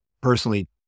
personally